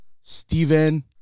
Steven